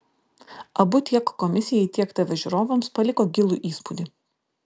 abu tiek komisijai tiek tv žiūrovams paliko gilų įspūdį